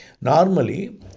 Normally